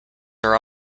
are